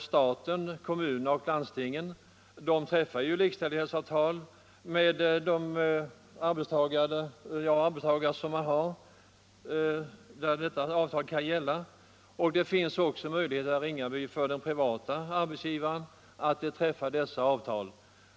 Staten, kommunerna och landstingen träffar ju likställighetsavtal med arbetstagare för vilka detta avtal kan gälla. Det finns också möjligheter, herr Ringaby, för privata arbetsgivare att träffa dessa avtal.